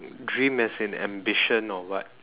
dream as in ambition or what